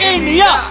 India